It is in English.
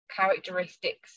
characteristics